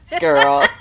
girl